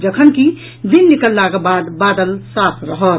जखनकि दिन निकललाक बाद बादल पूरा साफ रहत